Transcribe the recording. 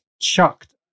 chucked